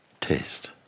taste